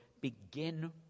begin